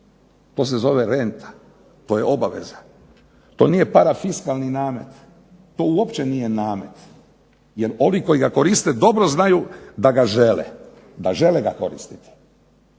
To se zove renta, to je obaveza. To nije parafiskalni namet, to uopće nije namet jer oni koji ga koriste dobro znaju da ga žele, da žele ga koristiti,